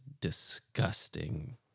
disgusting